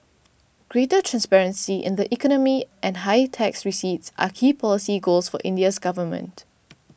greater transparency in the economy and higher tax receipts are key policy goals for India's government